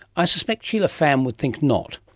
i suspect sheila pham would think not.